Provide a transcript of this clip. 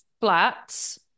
flats